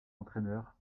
entraîneur